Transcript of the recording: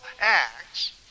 acts